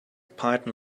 python